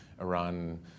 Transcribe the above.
Iran